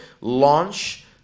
launch